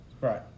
Right